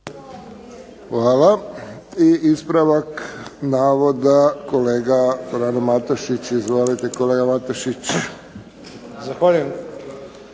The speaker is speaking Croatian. Hvala. I ispravak navoda kolega Frano Matušić. Izvolite kolega Matušić. **Matušić,